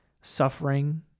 suffering